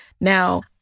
Now